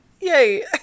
Yay